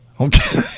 Okay